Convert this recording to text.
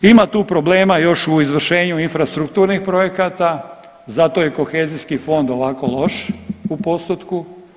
Ima tu problema još u izvršenju infrastrukturnih projekata, zato je i kohezijski fond ovako loš u postotku.